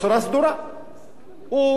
הוא רוצה לקדם,